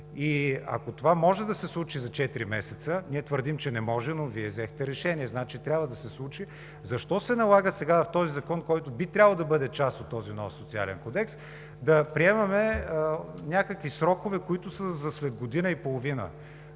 и ако това може да се случи за четири месеца, ние твърдим, че не може, но Вие взехте решение – значи, трябва да се случи, защо се налага сега в този закон, който би трябвало да бъде част от този нов социален кодекс, да приемаме някакви срокове, които са за след година и половина?